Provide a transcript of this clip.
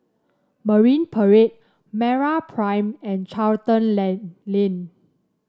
Marine Parade MeraPrime and Charlton Lane